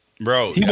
Bro